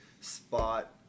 spot